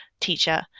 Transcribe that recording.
teacher